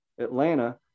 Atlanta